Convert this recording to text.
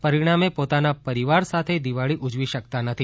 પરિણામે પોતાના પરિવાર સાથે દિવાળી ઉજવી શકતા નથી